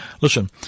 listen